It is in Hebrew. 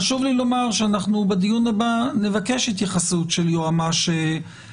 חשוב לי לומר שאנחנו בדיון הבא נבקש התייחסות של יועץ המשפטי